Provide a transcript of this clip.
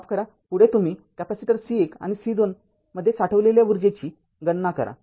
माफ करा पुढे तुम्ही कॅपेसिटर C१ आणि C२ मध्ये साठविलेल्या ऊर्जेची गणना करा